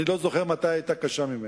אני לא זוכר מתי היתה קשה ממנה.